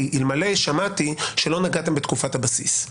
אלמלא שמעתי שלא נגעתם בתקופת הבסיס.